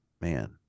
man